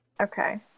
Okay